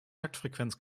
taktfrequenz